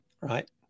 Right